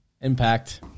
Impact